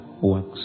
works